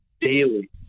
daily